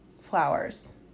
flowers